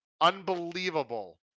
unbelievable